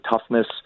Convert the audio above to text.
toughness